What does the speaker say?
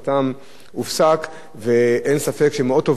ואין ספק שמאות עובדים שהיום יוצאים לרחוב בלי פרנסה,